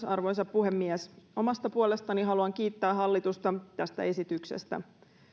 arvoisa puhemies omasta puolestani haluan kiittää hallitusta tästä esityksestä